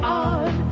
on